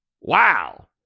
Wow